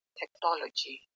technology